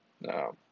No